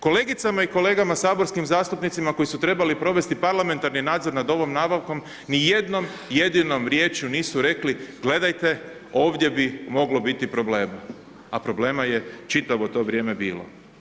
Kolegicama i kolegama saborskim zastupnicima koji su trebali provesti parlamentarni nadzor nad ovom nabavkom, nijednom jedinom riječju nisu rekli gledajte, ovdje bi moglo biti problema a problema je čitavo to vrijeme bilo.